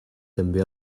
també